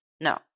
No